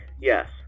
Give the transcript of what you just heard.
yes